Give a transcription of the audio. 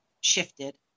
shifted